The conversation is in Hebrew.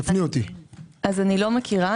אני לא מכירה.